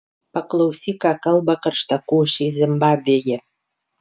paklausyk ką kalba karštakošiai zimbabvėje